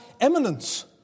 eminence